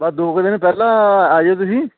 ਬਸ ਦੋ ਕੁ ਦਿਨ ਪਹਿਲਾਂ ਆ ਜਾਇਓ ਤੁਸੀਂ